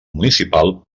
municipal